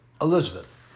Elizabeth